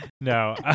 no